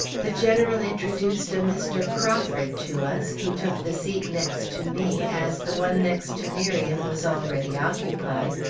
the general introduced a mr. crawford to us, who took the seat next to me, as the one next to miriam was already occupied,